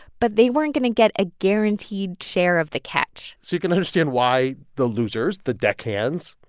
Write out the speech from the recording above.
but they weren't going to get a guaranteed share of the catch so you can understand why the losers, the deckhands,